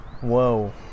Whoa